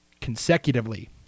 consecutively